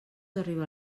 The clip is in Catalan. arriba